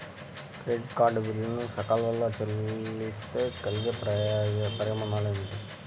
Credit card bill సకాలంలో చెల్లిస్తే కలిగే పరిణామాలేమిటి?